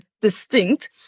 distinct